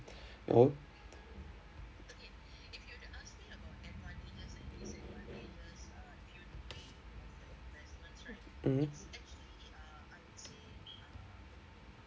oh mm